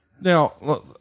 Now